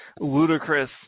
ludicrous